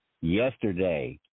Yesterday